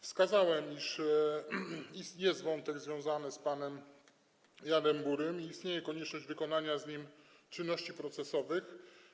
Wskazałem, iż istnieje wątek związany z panem Janem Burym i istnieje konieczność wykonania z nim czynności procesowych.